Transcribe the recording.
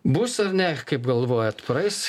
bus ar ne kaip galvojat praeis